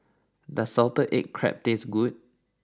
does Salted Egg Crab taste good